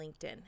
LinkedIn